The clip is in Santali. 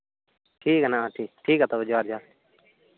ᱴᱷᱤᱠ ᱜᱮᱭᱟ ᱱᱚᱣᱟ ᱦᱚᱸ ᱴᱷᱤᱠ ᱜᱮᱭᱟ ᱛᱚᱵᱮ ᱡᱚᱦᱟᱨ ᱡᱚᱦᱟᱨ